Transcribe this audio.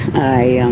i